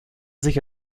sich